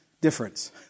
difference